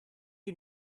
you